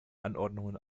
anordnungen